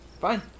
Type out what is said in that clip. Fine